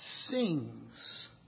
sings